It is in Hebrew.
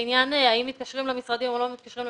האם מתקשרים למשרדים או לא מתקשרים.